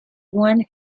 one